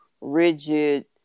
rigid